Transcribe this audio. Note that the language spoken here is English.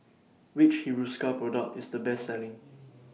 Which Hiruscar Product IS The Best Selling